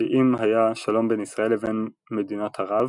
שאם היה שלום בין ישראל לבין מדינות ערב,